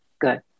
Good